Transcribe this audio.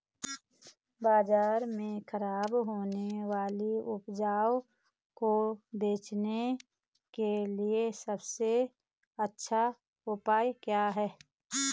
बाजार में खराब होने वाली उपज को बेचने के लिए सबसे अच्छा उपाय क्या हैं?